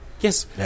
Yes